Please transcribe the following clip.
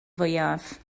fwyaf